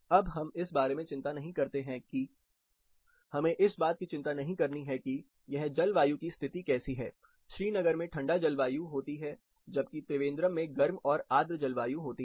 अब हम इस बारे में चिंता नहीं करते है कि हमें इस बात की चिंता नहीं करनी हैं कि यह जलवायु की स्थिति कैसी है श्रीनगर में ठंडी जलवायु होती है जबकी त्रिवेंद्रम में गर्म और आर्द्र जलवायु होती है